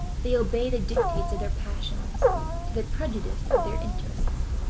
they obey the dictates of their passions to the prejudice of their interests.